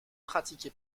pratiqué